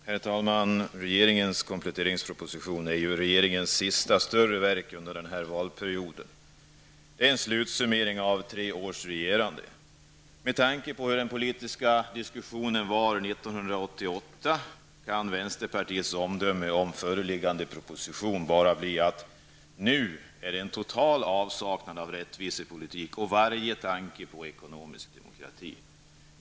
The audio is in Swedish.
Herr talman! Regeringens kompletteringsproposition är ju regeringens sista större verk under den här mandatperioden. Det är en slutsummering av tre års regerande. Med tanke på hurdan den politiska diskussionen var 1988 kan vänsterpartiets omdöme om föreliggande proposition bara bli att det nu är fråga om en total avsaknad av både rättvisepolitik och varje tanke på ekonomisk demokrati.